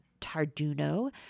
Tarduno